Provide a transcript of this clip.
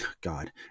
God